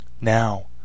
Now